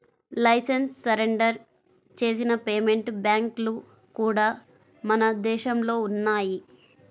licence surrender చేసిన payment బ్యాంక్లు కూడా మన దేశంలో ఉన్నయ్యి